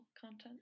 content